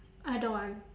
I don't want